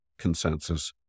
consensus